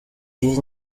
iyi